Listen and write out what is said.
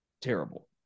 terrible